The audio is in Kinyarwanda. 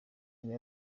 yari